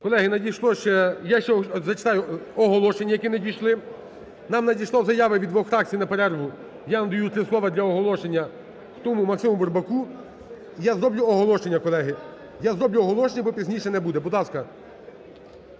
ще… я ще зачитаю оголошення, які надійшли. Нам надійшла заява від двох фракцій, на перерву. Я надаю 3 слова для оголошення Максиму Бурбаку. І я зроблю оголошення, колеги. Я зроблю оголошення, бо пізніше не буде. Будь ласка.